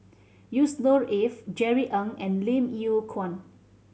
Yusnor Ef Jerry Ng and Lim Yew Kuan